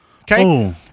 Okay